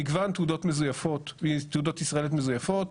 מגוון תעודות ישראליות מזויפות,